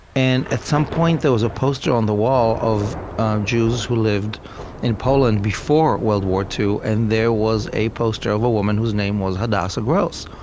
and at some point there was a poster on the wall of jews who lived in poland before world war ii, and there was a poster of a woman whose name was hadassah gross,